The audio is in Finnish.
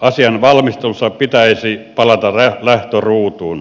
asian valmistelussa pitäisi palata lähtöruutuun